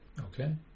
okay